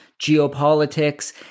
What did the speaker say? geopolitics